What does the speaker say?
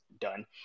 done